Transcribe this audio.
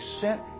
sent